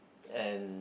and